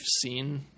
seen